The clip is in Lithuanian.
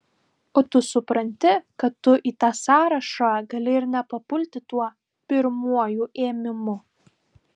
o tu supranti kad tu į tą sąrašą gali ir nepapulti tuo pirmuoju ėmimu